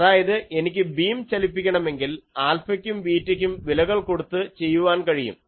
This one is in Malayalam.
അതായത് എനിക്ക് ബീം ചലിപ്പിക്കണമെങ്കിൽ ആൽഫയ്ക്കും ബീറ്റയ്ക്കും വിലകൾ കൊടുത്തു ചെയ്യുവാൻ കഴിയും